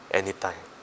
anytime